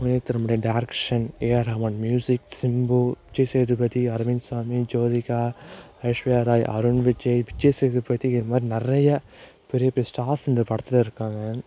மணிரத்னம் உடைய direction A R Rahman music Simbu Vijay Sethupathi Arvind Swamy Jyothika Aishwarya Rai Arun Vijay Vijay Sethupathi இதுமாதிரி நிறைய பெரிய பெரிய ஸ்டார்ஸ் இந்த படத்தில் இருக்காங்க